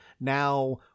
now